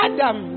Adam